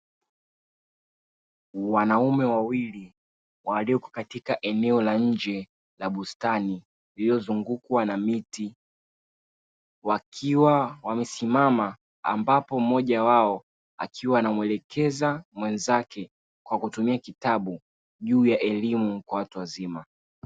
Wanaume wawili waliopo katika eneo la nje la bustani lililozungukwa na miti. Wakiwa wamesimama, ambapo mmoja wao akiwa anamuelekeza mwenzake kwa kutumia kitabu juu ya elimu kwa watu wazima.